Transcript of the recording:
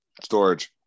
Storage